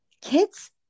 kids